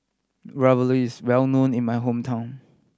Ravioli is well known in my hometown